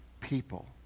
people